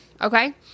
Okay